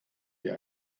wir